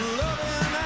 loving